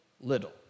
little